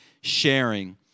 sharing